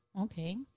Okay